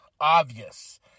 obvious